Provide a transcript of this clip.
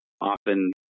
often